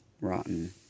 rotten